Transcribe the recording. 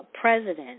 president